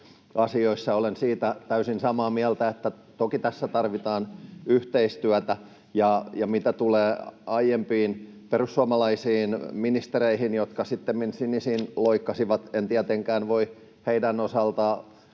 Olen siitä täysin samaa mieltä, että toki tässä tarvitaan yhteistyötä. Mitä tulee aiempiin perussuomalaisiin ministereihin, jotka sittemmin sinisiin loikkasivat, en tietenkään heidän osaltaan